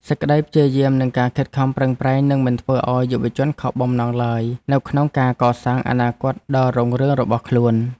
សេចក្តីព្យាយាមនិងការខិតខំប្រឹងប្រែងនឹងមិនធ្វើឱ្យយុវជនខកបំណងឡើយនៅក្នុងការកសាងអនាគតដ៏រុងរឿងរបស់ខ្លួន។